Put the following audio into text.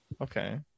Okay